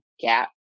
gap